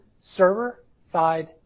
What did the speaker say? server-side